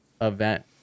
event